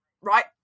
right